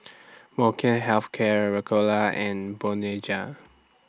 Molnylcke Health Care Ricola and Bonjela